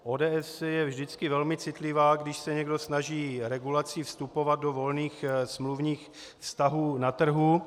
ODS je vždycky velmi citlivá, když se někdo snaží regulací vstupovat do volných smluvních vztahů na trhu.